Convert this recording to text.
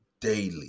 daily